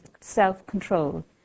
self-control